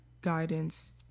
guidance